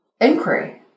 inquiry